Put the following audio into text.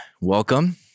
Welcome